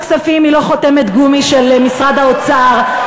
וועדת הכספים היא לא חותמת גומי של משרד האוצר,